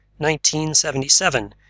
1977